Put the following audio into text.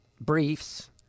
briefs